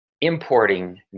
importing